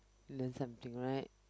learn something right